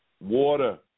Water